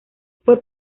fue